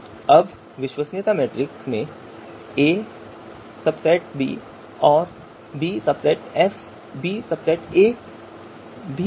अब इस विश्वसनीयता मैट्रिक्स में aSb और bSa भी होगा